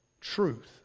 truth